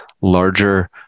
larger